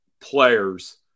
players